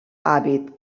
hàbit